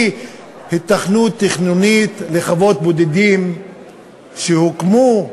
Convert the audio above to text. היתכנות תכנונית לחוות בודדים שהוקמו,